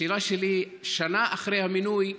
השאלה שלי: שנה אחרי המינוי,